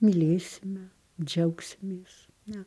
mylėsime džiaugsimės ne